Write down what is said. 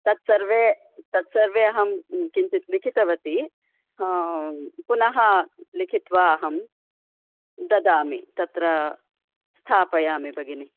तत् सर्वं तत् सर्वम् अहम् किञ्चित् लिखितवती पुन लिखित्वा अहम् ददामि तत्र स्थापयामि भगिनी